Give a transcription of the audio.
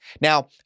Now